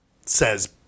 Says